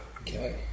Okay